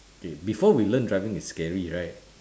okay before we learn driving it's scary right